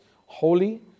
holy